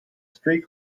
street